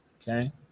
Okay